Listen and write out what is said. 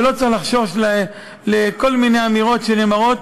ולא צריך לחשוש מכל מיני אמירות שנאמרות,